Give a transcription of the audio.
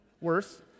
worse